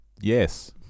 Yes